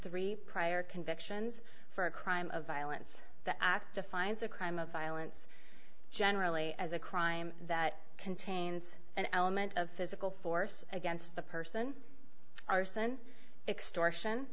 three prior convictions for a crime of violence the act defines a crime of violence generally as a crime that contains an element of physical force against the person arson extortion